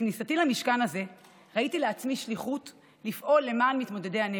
בכניסתי למשכן הזה ראיתי לעצמי שליחות לפעול למען מתמודדי הנפש,